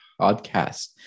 podcast